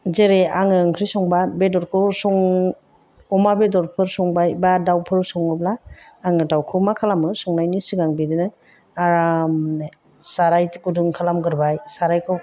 जेरै आं ओंख्रि संबा बेदरखौ सं अमा बेदरफोर संबाय बा दाउफोर सङोब्ला आङो दाउखौ मा खालामो संनायनि सिगां बिदिनो आरामनो साराय गुदुं खालामग्रोबाय सारायखौ